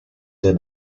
their